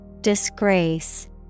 Disgrace